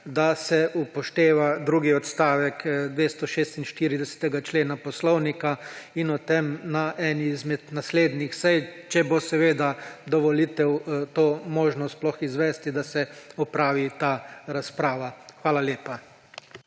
da se upošteva drugi odstavek 246. člena Poslovnika in se o tem na eni izmed naslednjih sej, če bo seveda do volitev to sploh možno izvesti, opravi ta razprava. Hvala lepa.